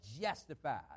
Justified